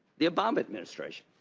the obama administration.